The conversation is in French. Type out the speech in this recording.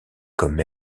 comme